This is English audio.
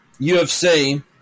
UFC